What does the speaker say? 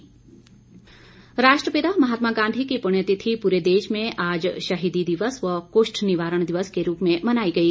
शहीदी दिवस राष्ट्रपिता महात्मा गांधी की पुण्यतिथि पूरे देश में आज शहीदी दिवस व कुष्ठ निवारण दिवस के रूप में मनाई गई